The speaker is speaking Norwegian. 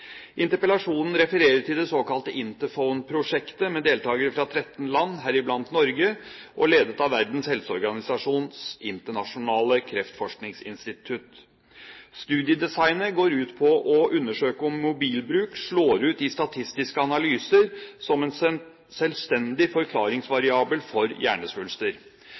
Interpellasjonen refererer til det såkalte Interphone-prosjektet, med deltakere fra 13 land, deriblant Norge, og ledet av Verdens helseorganisasjons internasjonale kreftforskningsinstitutt. Studiedesignen går ut på å undersøke om mobilbruk slår ut i statistiske analyser som en selvstendig forklaringsvariabel for hjernesvulster.